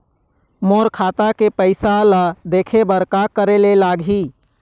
मोर खाता के पैसा ला देखे बर का करे ले लागही?